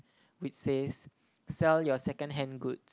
which says sell your second hand goods